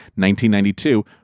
1992